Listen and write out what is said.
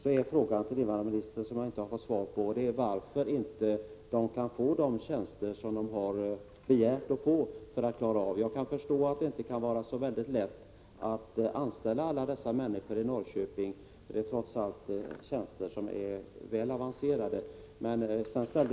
Min fråga till invandrarministern, som jag inte har fått svar på, är: Varför kan inte invandrarverket få de tjänster som man har begärt för att klara av arbetsbelastningen? Jag förstår att det inte kan vara så lätt att anställa alla dessa människor i Norrköping, för det gäller trots allt avancerade tjänster.